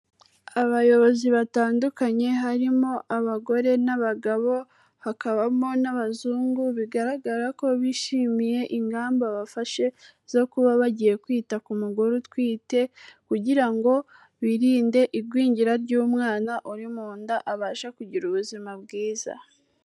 Abayobozi batandukanye harimo abagore n'abagabo, hakabamo n'abazungu bigaragara ko bishimiye ingamba bafashe zo kuba bagiye kwita ku mugore utwite kugira ngo birinde igwingira ry'umwana uri mu nda, abashe kugira ubuzima bwiza.